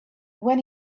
when